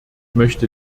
möchte